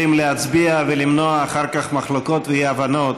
להצביע, וכדי למנוע מחלוקות ואי-הבנות